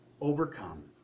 overcome